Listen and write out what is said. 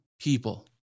people